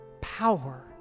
power